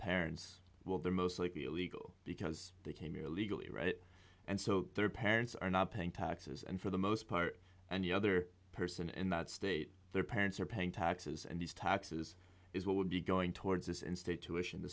parents well they're most likely illegal because they came here illegally and so their parents are not paying taxes and for the most part and the other person in that state their parents are paying taxes and these taxes is what would be going towards this in state tuition th